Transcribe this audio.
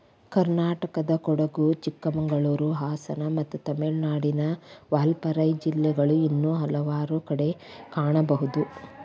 ಕರ್ನಾಟಕದಕೊಡಗು, ಚಿಕ್ಕಮಗಳೂರು, ಹಾಸನ ಮತ್ತು ತಮಿಳುನಾಡಿನ ವಾಲ್ಪಾರೈ ಜಿಲ್ಲೆಗಳು ಇನ್ನೂ ಹಲವಾರು ಕಡೆ ಕಾಣಬಹುದು